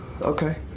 okay